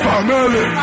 Family